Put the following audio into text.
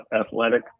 athletic